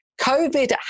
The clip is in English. COVID